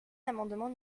l’amendement